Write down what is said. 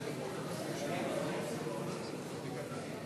ההצעה התקבלה.